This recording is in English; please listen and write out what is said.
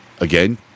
Again